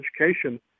education